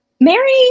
Mary